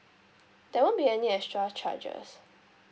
there won't be any extra charges